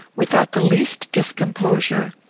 without the least discomposure,